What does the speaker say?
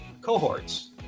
cohorts